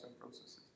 processes